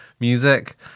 Music